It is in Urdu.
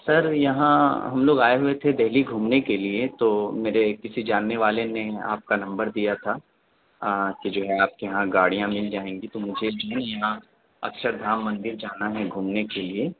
سر یہاں ہم لوگ آئے ہوئے تھے دہلی گھومنے کے لیے تو میرے کسی جاننے والے نے آپ کا نمبر دیا تھا کہ جو ہے آپ کے یہاں گاڑیاں مل جائیں گی تو مجھے یہاں اکشردھام مندر جانا ہے گھومنے کے لیے